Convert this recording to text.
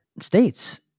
states